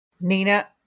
Nina